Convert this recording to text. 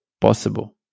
possible